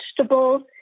vegetables